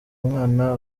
mwana